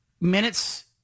Minutes